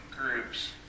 groups